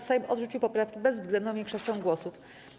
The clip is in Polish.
Sejm odrzucił poprawki bezwzględną większością głosów.